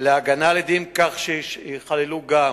להגנה על עדים, כך שיכללו גם: